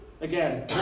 again